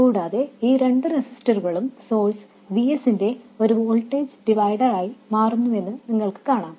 കൂടാതെ ഈ രണ്ട് റെസിസ്റ്ററുകളും സോഴ്സ് Vs ന്റെ ഒരു വോൾട്ടേജ് ഡിവൈഡറായി മാറുന്നുവെന്ന് നിങ്ങൾക്ക് കാണാം